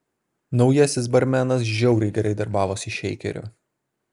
naujasis barmenas žiauriai gerai darbavosi šeikeriu